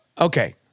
Okay